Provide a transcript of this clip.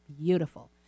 beautiful